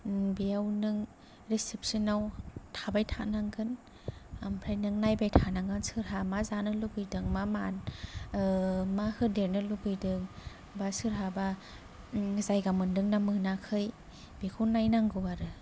बेयाव नों रिसिप्टसनाव थाबाय थानांगोन ओमफाय नों नायबाय थानांगोन सोरहा मा जानो लुगैदों मा मादों मा होदेरनो लुगैदों बा सोरहाबा जायगा मोनदोंना मोनाखै बेखौ नायनांगौ आरो